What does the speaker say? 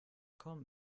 komm